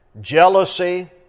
Jealousy